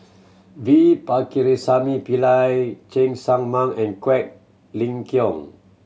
V Pakirisamy Pillai Cheng Tsang Man and Quek Ling Kiong